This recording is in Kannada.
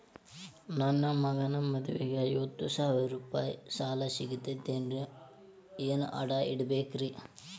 ನನ್ನ ಮಗನ ಮದುವಿಗೆ ಐವತ್ತು ಸಾವಿರ ರೂಪಾಯಿ ಸಾಲ ಸಿಗತೈತೇನ್ರೇ ಏನ್ ಅಡ ಇಡಬೇಕ್ರಿ?